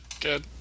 Good